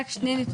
רק שני נתונים,